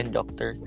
doctor